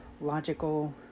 logical